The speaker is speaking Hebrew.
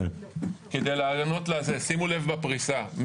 שימו לב בפריסה.